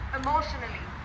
emotionally